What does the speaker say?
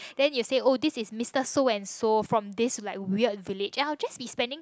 then you say oh this is Mister so and so from like this weird village and I'll just be spending